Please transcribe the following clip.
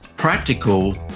practical